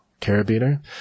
carabiner